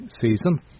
season